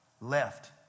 Left